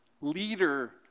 leader